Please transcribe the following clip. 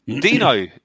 Dino